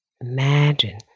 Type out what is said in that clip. imagine